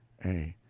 a.